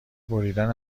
بریدن